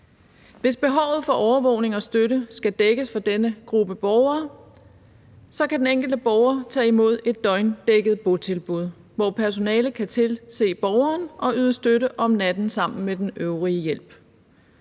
Hvis behovet for overvågning og støtte skal dækkes for denne gruppe borgere, kan den enkelte borger at tage imod et døgndækket botilbud, hvor personalet kan tilse borgeren og yde støtte om natten sammen med den øvrige hjælp.